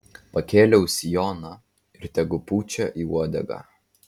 pakėliau sijoną ir tegu pučia į uodegą